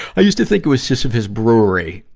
i used to think it was sisyphus brewery,